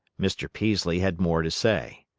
mr. peaslee had more to say.